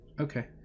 okay